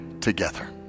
together